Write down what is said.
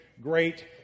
great